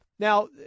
Now